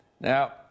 Now